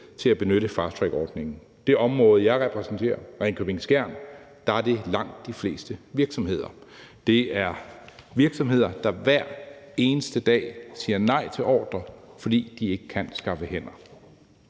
til at benytte fasttrackordningen. I det område, jeg repræsenterer, Ringkøbing-Skjern, er det langt de fleste virksomheder. Det er virksomheder, der hver eneste dag siger nej til ordrer, fordi de ikke kan skaffe hænder.